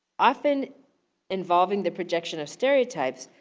often involving the projection of stereotypes,